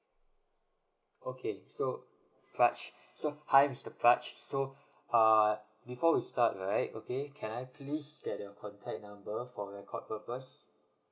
okay so fladge so hi mister fladge so uh before we start right okay can I please get your contact number for record purpose